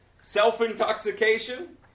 self-intoxication